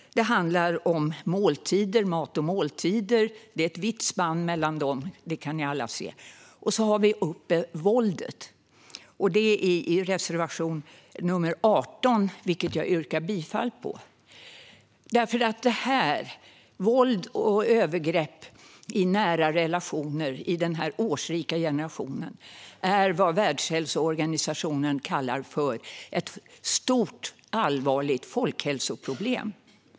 Det handlar om mat och måltider. Det är ett vitt spann mellan dem; det kan ni alla se. Sedan handlar det om våldet. Det har vi tagit upp i reservation 18, som jag yrkar bifall till. Våld och övergrepp i nära relationer i den årsrika generationen är vad Världshälsoorganisationen kallar för ett stort, allvarligt folkhälsoproblem.